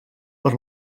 per